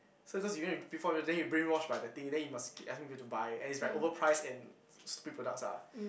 so cause you before then you brainwash by the thing then you must keep asking him to buy and is like overpriced and stupid products ah